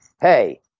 hey